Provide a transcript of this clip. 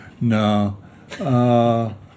no